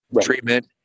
treatment